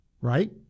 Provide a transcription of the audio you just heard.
right